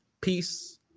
Peace